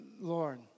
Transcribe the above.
Lord